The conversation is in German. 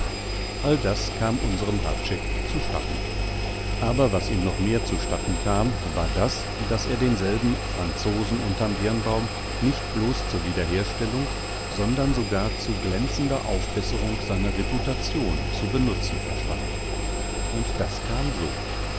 all das kam unsrem hradscheck zu statten aber was ihm noch mehr zu statten kam war das daß er denselben franzosen unterm birnbaum nicht blos zur wiederherstellung sondern sogar zu glänzender aufbesserung seiner reputation zu benutzen verstand und das kam so